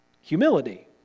Humility